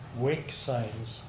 wake signs.